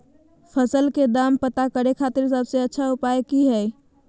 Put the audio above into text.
फसल के दाम पता करे खातिर सबसे अच्छा उपाय की हय?